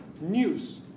news